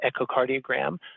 echocardiogram